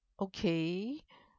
okay